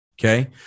okay